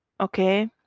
okay